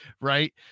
right